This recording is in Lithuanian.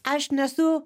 aš nesu